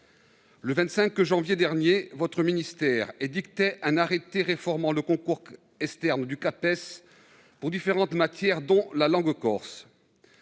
le 25 janvier dernier, votre administration édictait un arrêté réformant le concours externe du Capes pour différentes matières, dont la langue corse.